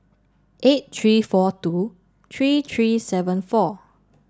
eight three four two three three seven four